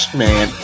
man